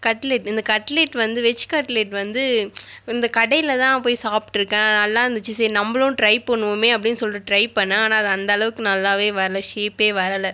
cutlet இந்த cutlet வந்து veg cutlet வந்து இந்த கடையில் தான் போய் சாப்பிட்டிருக்கேன் நல்லா இருந்துச்சி சரி நம்பளும் ட்ரை பண்ணுவோமே அப்படின்னு சொல்லிட்டு ட்ரை பண்ணிணேன் ஆனால் அது அந்த அளவுக்கு நல்லாவே வரலை ஷேப்பே வரலை